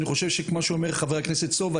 אני חושב שכמו שאומר ח"כ סובה,